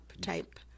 type